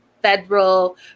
Federal